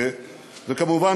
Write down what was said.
כמובן,